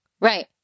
Right